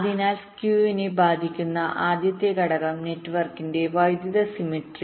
അതിനാൽ സ്കീവിനെ ബാധിക്കുന്ന ആദ്യത്തെ ഘടകം നെറ്റ്വർക്കിന്റെ വൈദ്യുത സിംമെറ്ററി